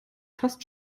fast